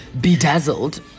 Bedazzled